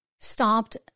stopped